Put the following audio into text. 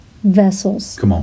Vessels